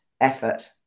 effort